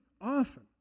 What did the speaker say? often